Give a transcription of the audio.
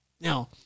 Now